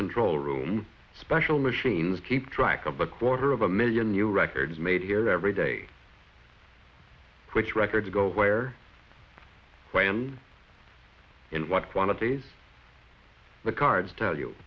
control room special machines keep track of a quarter of a million new records made here every day which record to go where i am in what quantities the cards tell you